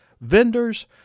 vendors